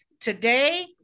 Today